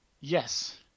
Yes